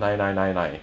nine nine nine nine